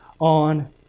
on